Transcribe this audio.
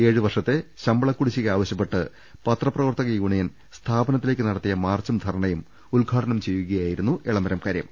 ഏഴ് വർഷത്തെ ശമ്പള കുടിശ്ശിക ആവ ശ്യപ്പെട്ട് പത്രപ്രവർത്തക യൂനിയൻ സ്ഥാപനത്തിലേക്ക് നടത്തിയ മാർച്ചും ധർണയും ഉദ്ഘാടനം ചെയ്യുകയായിരുന്നു എളമരം കരീം